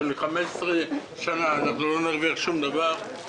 ש-15 שנים אנחנו לא נרוויח שום דבר,